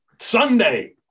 Sunday